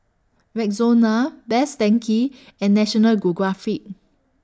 Rexona Best Denki and National Geographic